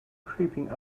creeping